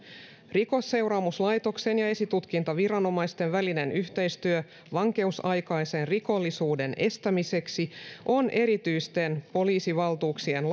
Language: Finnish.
rikosseuraamuslaitoksen ja esitutkintaviranomaisten välinen yhteistyö vankeusaikaisen rikollisuuden estämiseksi on erityisten poliisivaltuuksien